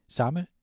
samme